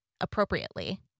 appropriately